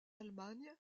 allemagne